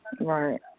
Right